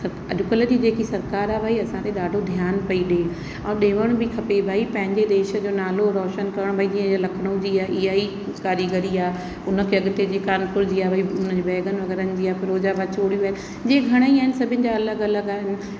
सभु अॼकल्ह जी जेकी सरकार आहे भई असां ॾिए ॾाढो ध्यानु पई ॾिए ऐं ॾियण बि खपे भई पंहिंजे देश जो नालो रोशन करणु भई जीअं इय लखनऊ जी हीअ हीअ ई कारीगरी आहे उनखे अॻिते जीअं कानपुर जी आहे भई उन्हनि जे बैगन वगै़रहनि जी आहे फ़िरोजाबाद चूड़ियूं आहिनि जीअं घणेई आहिनि सभिनि जा अलॻि अलॻि आहिनि